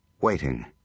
waiting